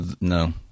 no